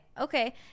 okay